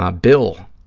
ah bill